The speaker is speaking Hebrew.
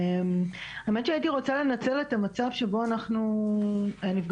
האמת היא שהייתי רוצה לנצל את המצב שבו אנחנו נפגשות